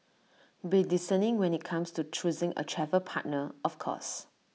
be discerning when IT comes to choosing A travel partner of course